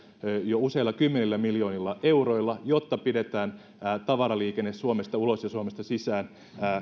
jo useilla kymmenillä miljoonilla euroilla jotta pidetään käynnissä tavaraliikenne suomesta ulos ja suomesta sisään